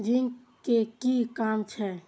Zinc के कि काम छै?